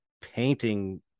painting